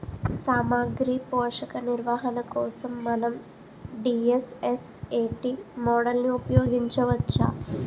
సామాగ్రి పోషక నిర్వహణ కోసం మనం డి.ఎస్.ఎస్.ఎ.టీ మోడల్ని ఉపయోగించవచ్చా?